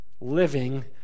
living